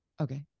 Okay